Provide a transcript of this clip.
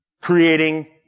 creating